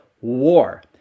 war